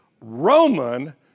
Roman